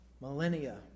millennia